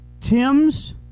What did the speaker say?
Tim's